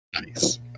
Nice